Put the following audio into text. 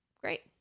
great